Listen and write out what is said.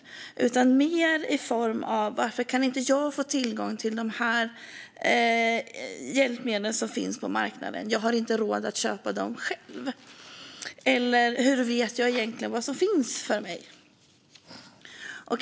Det är snarare: Varför kan inte jag få tillgång till de här hjälpmedlen som finns på marknaden? Jag har inte råd att köpa dem själv. Eller: Hur vet jag egentligen vad som finns för mig?